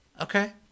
Okay